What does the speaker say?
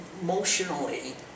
emotionally